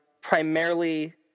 primarily